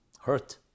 hurt